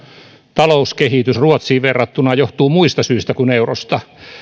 talouskehitys ruotsiin verrattuna johtuu muista syistä kuin eurosta